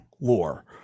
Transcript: lore